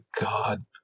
God